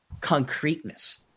concreteness